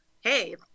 hey